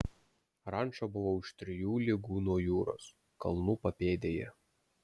ranča buvo už trijų lygų nuo jūros kalnų papėdėje